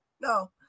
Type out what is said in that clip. no